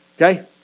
Okay